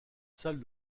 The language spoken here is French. salle